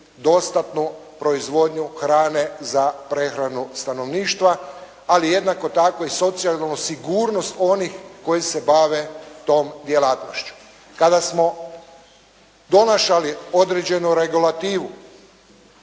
dostatnu proizvodnju hrane za prehranu stanovništva, ali jednako tako i socijalnu sigurnost onih koji se bave tom djelatnošću. Kada smo donosili određenu regulativu,